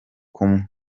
kumwe